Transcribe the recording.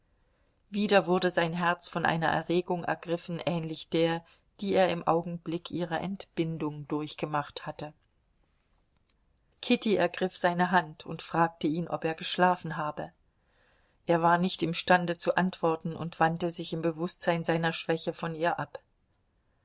wieder wurde sein herz von einer erregung ergriffen ähnlich der die er im augenblick ihrer entbindung durchgemacht hatte kitty ergriff seine hand und fragte ihn ob er geschlafen habe er war nicht imstande zu antworten und wandte sich im bewußtsein seiner schwäche von ihr ab